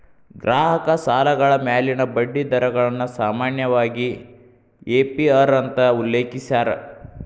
ಗ್ರಾಹಕ ಸಾಲಗಳ ಮ್ಯಾಲಿನ ಬಡ್ಡಿ ದರಗಳನ್ನ ಸಾಮಾನ್ಯವಾಗಿ ಎ.ಪಿ.ಅರ್ ಅಂತ ಉಲ್ಲೇಖಿಸ್ಯಾರ